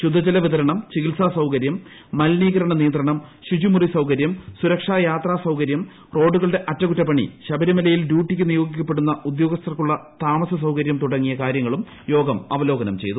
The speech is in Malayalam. ശുദ്ധജല വിതരണം ചികിത്സാ സൌകര്യം മലിനീകരണ നിയന്ത്രണം ശുചിമുറി സൌകര്യം സുരക്ഷ യാത്രാ സൌകര്യം റോഡുകളുടെ അറ്റകുറ്റപ്പണി നിയോഗിക്കപ്പെടുന്ന ഉദ്യോഗ്സ്ഥർക്കുള്ള താമസ സൌകര്യം തുടങ്ങിയ കാര്യങ്ങളും യോഗം അവലോകനം ചെയ്തു